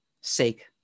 sake